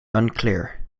unclear